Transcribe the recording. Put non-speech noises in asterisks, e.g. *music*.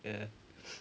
ya *noise*